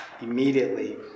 immediately